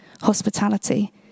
hospitality